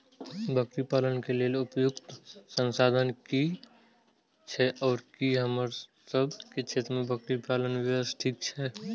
बकरी पालन के लेल उपयुक्त संसाधन की छै आर की हमर सब के क्षेत्र में बकरी पालन व्यवसाय ठीक छै?